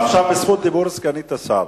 עכשיו רשות דיבור לסגנית השר.